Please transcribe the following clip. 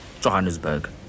Johannesburg